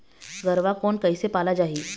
गरवा कोन कइसे पाला जाही?